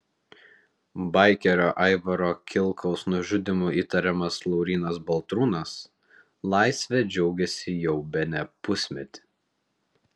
baikerio aivaro kilkaus nužudymu įtariamas laurynas baltrūnas laisve džiaugiasi jau bene pusmetį